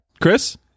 Chris